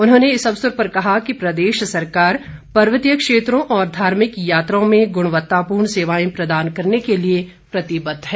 उन्होंने इस अवसर पर कहा कि प्रदेश सरकार पर्वतीय क्षेत्रों और धार्मिक यात्राओं में गुणवत्ता सेवाएं प्रदान करने के लिए प्रतिबद्ध है